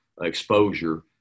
exposure